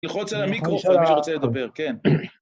ללחוץ על המיקרופון, אם מישהו רוצה לדבר. כן?